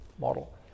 model